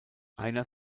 einer